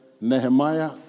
Nehemiah